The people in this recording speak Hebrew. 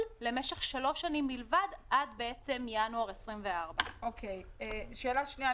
למשך שלוש שנים בלבד עד ינואר 2024. שאלה שנייה.